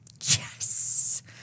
Yes